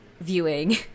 viewing